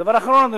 דבר אחרון,